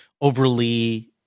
overly